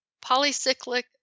polycyclic